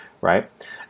right